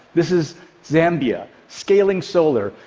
this is zambia, scaling solar.